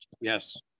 yes